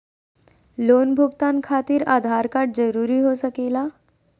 Loan भुगतान खातिर Aadhaar card जरूरी हो सके ला?